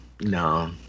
no